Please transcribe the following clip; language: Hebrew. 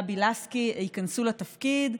ייכנסו לתפקיד,